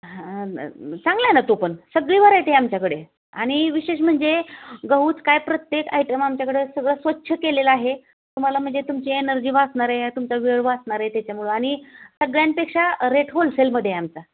हां न चांगला ना तो पण सगळी व्हरायटी आहे आमच्याकडे आणि विशेष म्हणजे गहूच काय प्रत्येक आयटम आमच्याकडं सगळं स्वच्छ केलेलं आहे तुम्हाला म्हणजे तुमची एनर्जी वाचणार आहे तुमचा वेळ वाचणार आहे त्याच्यामुळं आणि सगळ्यांपेक्षा रेट होलसेलमध्ये आहे आमचा